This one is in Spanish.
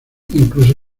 incluso